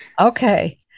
Okay